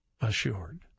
assured